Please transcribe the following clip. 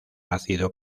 ácido